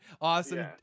awesome